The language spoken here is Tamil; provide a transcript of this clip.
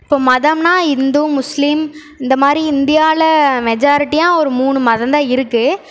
இப்போது மதம்னால் இந்து முஸ்லீம் இந்த மாதிரி இந்தியாவில் மெஜாரிட்டியாக ஒரு மூணு மதம்தான் இருக்குது